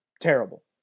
Terrible